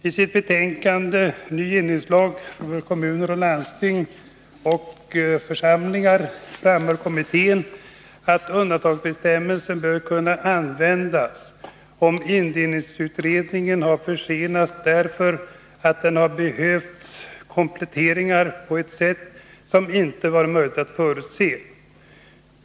I sitt betänkande Ny indelningslag för kommuner, landstingskommuner och församlingar framhöll kommittén att undantagsbestämmelsen bör kunna användas, om indelningsutredningen har försenats därför att den har behövts kompletteras på ett sätt som inte varit möjligt att förutse.